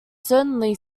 certainly